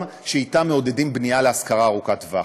שאתם מעודדים בנייה להשכרה ארוכת טווח,